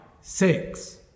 six